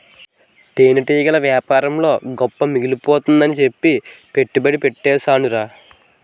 తేనెటీగల యేపారంలో గొప్ప మిగిలిపోద్దని సెప్పి పెట్టుబడి యెట్టీసేనురా